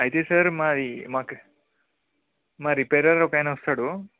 అయితే సార్ మావి మాకు మా రిపేరర్ ఒక ఆయన వస్తాడు